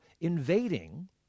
invading